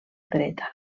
dreta